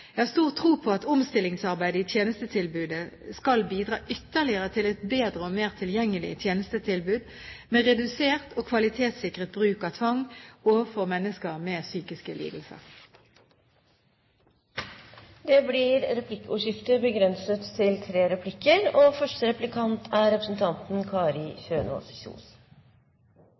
Jeg har stor tro på at omstillingsarbeidet i tjenestetilbudet skal bidra ytterligere til et bedre og mer tilgjengelig tjenestetilbud med redusert og kvalitetssikret bruk av tvang overfor mennesker med psykiske lidelser. Det blir replikkordskifte. Når absolutt alle som har uttalt seg om sykebil, støtter forslaget, når undersøkelser viser at mangel på sykebil og